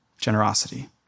generosity